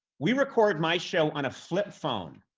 we record my show on a flip phone.